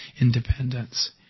independence